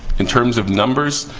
in terms of numbers,